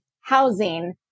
housing